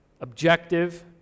objective